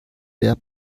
der